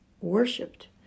worshipped